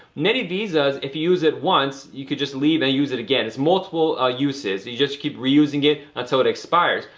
many visas, if you use it once, you could just leave and use it again, it's multiple ah uses. you just keep reusing it until it expires,